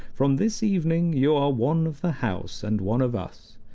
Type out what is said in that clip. from this evening you are one of the house and one of us,